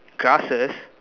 grasses